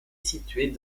située